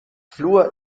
fluor